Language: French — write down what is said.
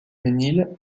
ménil